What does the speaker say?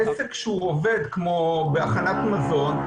עסק שעובד בהכנת מזון,